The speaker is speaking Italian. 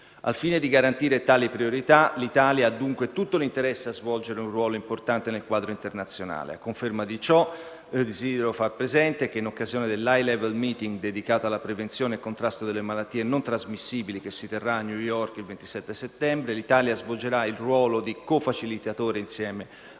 Al fine di garantire tali priorità, l'Italia ha, dunque, tutto l'interesse a svolgere un ruolo importante nel quadro internazionale. A conferma di ciò desidero far presente che, in occasione dell'High Level Meeting dedicato alla prevenzione e al contrasto delle malattie non trasmissibili, che si terrà a New York il 27 settembre, l'Italia svolgerà il ruolo di co-facilitatore insieme all'Uruguay